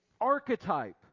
Archetype